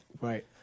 Right